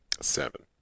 seven